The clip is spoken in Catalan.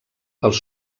els